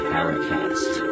Paracast